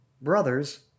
Brothers